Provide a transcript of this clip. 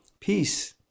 Peace